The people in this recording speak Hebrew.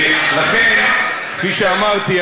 אם טרם חלפה תקופת ההתיישנות בעניינה.